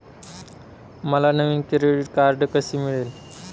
मला नवीन credit card कसे मिळेल?